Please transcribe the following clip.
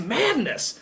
madness